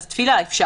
אז תפילה אפשר.